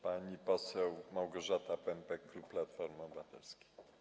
Pani poseł Małgorzata Pępek, klub Platformy Obywatelskiej.